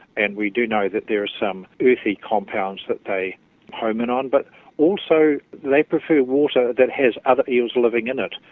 and we do know that there are some earthy compounds that they hone in on, but also they prefer water that has other eels living in it.